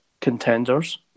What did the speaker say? contenders